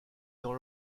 dans